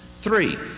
Three